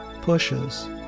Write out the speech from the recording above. pushes